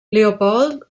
leopold